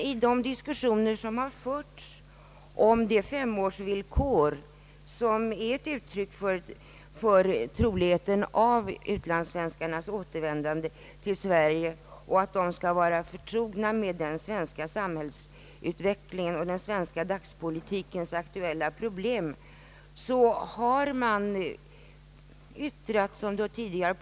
I de diskussioner som har förts om femårsvillkoret, vilket är ett uttryck för dels troligheten av ett återvändande till Sverige, dels förtrogenhet med svensk samhällsutveckling och den svenska dagspolitikens aktuella problem, har vissa betänkligheter anförts.